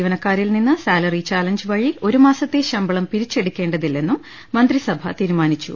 ജീവനക്കാരിൽ നിന്ന് salary challenge വഴി ഒരുമാസത്തെ ശമ്പളം പിരിച്ചെടുക്കേണ്ടതില്ലെന്നും മന്ത്രിസഭ തീരുമാനിച്ചു